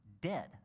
dead